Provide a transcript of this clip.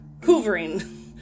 hoovering